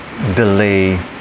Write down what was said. delay